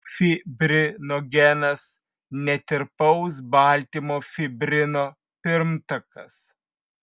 fibrinogenas netirpaus baltymo fibrino pirmtakas